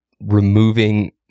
removing